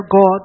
God